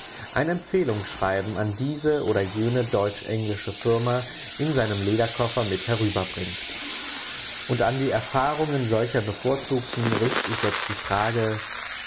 ein empfehlungsschreiben an diese oder jene deutsch englische firma in seinem lederkoffer mit herüberbringt und an die erfahrungen solcher bevorzugten richt ich jetzt die frage